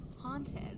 haunted